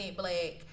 black